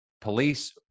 Police